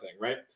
right